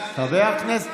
שלא מסכימים להצטלם,